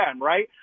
right